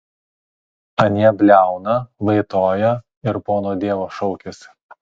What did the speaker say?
anie bliauna vaitoja ir pono dievo šaukiasi